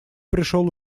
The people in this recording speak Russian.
пришел